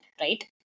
right